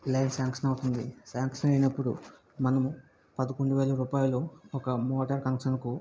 line sanction అవుతుంది sanction అయినప్పుడు మనం పదకొండు వేల రూపాయలు ఒక మోటర్ కనెక్షన్ కు